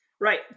Right